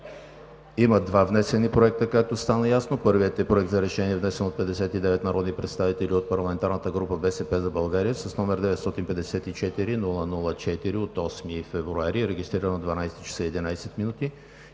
Има два внесени проекта, както стана ясно. Първият е Проект за решение, внесен от 59 народни представители от парламентарната група „БСП за България“ с № 954-00-4 от 8 февруари и е регистриран в 12,11 ч.